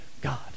God